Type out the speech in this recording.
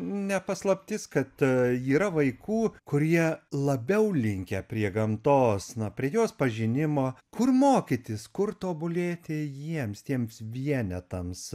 ne paslaptis kad yra vaikų kurie labiau linkę prie gamtos na prie jos pažinimo kur mokytis kur tobulėti jiems tiems vienetams